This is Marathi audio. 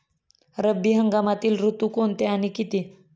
रब्बी हंगामातील ऋतू कोणते आणि किती?